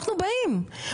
אנחנו באים,